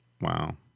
Wow